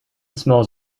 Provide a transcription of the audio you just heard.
smells